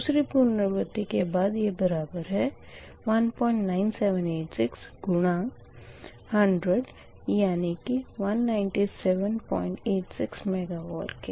दूसरी पुनरावर्ती के बाद यह बराबर है 19786 गुणा 100 यानी कि 19786 मेगावार के